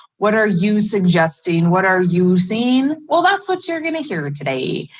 what are you suggesting? what are you seeing. well, that's what you're gonna hear today,